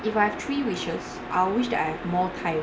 if I have three wishes I will wish that I have more time